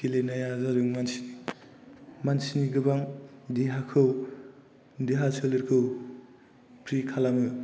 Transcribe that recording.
गेलेनाया जादों मानसिनि गोबां देहाखौ देहा सोलेरखौ फ्रि खालामो